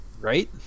Right